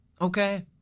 Okay